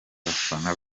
bafana